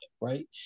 right